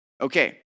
Okay